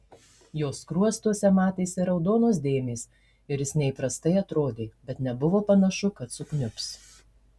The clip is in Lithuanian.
jo skruostuose matėsi raudonos dėmės ir jis neįprastai atrodė bet nebuvo panašu kad sukniubs